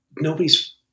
nobody's